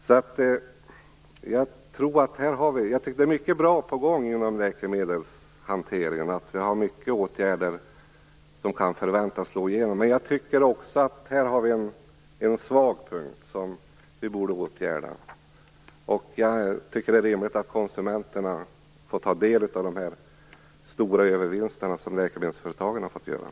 Det är mycket bra på gång inom läkemedelshanteringen. Det finns många åtgärder som kan förväntas genomföras, men jag tycker också att det finns en svag punkt som vi borde åtgärda. Jag tycker att det är rimligt att konsumenterna får ta del av de stora övervinster som läkemedelsföretagen har gjort.